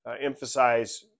emphasize